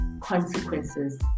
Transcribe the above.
consequences